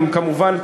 כמובן,